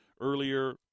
earlier